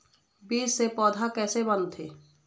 बीज से पौधा कैसे बनथे?